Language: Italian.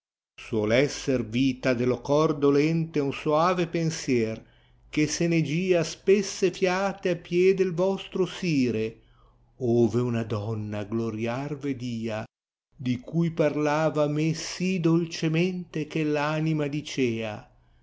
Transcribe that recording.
esser vita dello cor dolente un soave pensier che se ne già spesse fiate a piè del vostro sire ove una donna gloriar vedta di coi parlava a me sì dolcemente che v anima dicea